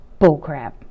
Bullcrap